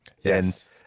Yes